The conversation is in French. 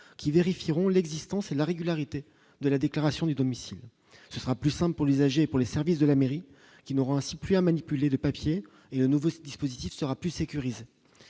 qui vérifieront l'existence et la régularité de la déclaration du domicile, ce sera plus Saint-Paul les âgés pour les services de la mairie qui n'auront ainsi plus à manipuler le papier et le nouveau dispositif sera plus sécurisé